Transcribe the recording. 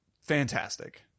Fantastic